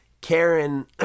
karen